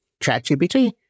ChatGPT